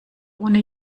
ohne